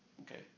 okay